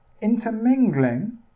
intermingling